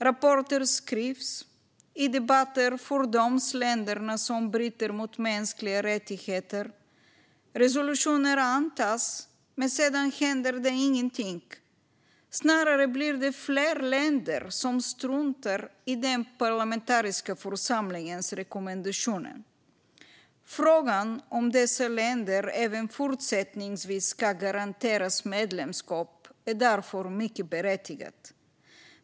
Rapporter skrivs, länderna som bryter mot mänskliga rättigheter fördöms i debatter och resolutioner antas, men sedan händer ingenting. Snarare blir det fler länder som struntar i den parlamentariska församlingens rekommendationer. Frågan om dessa länder även fortsättningsvis ska garanteras medlemskap är därför mycket berättigad.